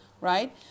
right